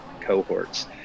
cohorts